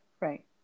right